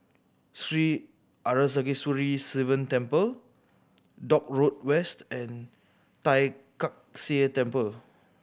Sri Arasakesari Sivan Temple Dock Road West and Tai Kak Seah Temple